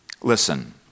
Listen